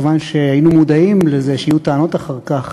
מכיוון שהיינו מודעים לזה שיהיו טענות אחר כך